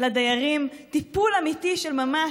לדיירים טיפול אמיתי של ממש,